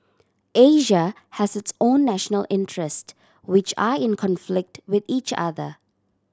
Asia has its own national interest which are in conflict with each other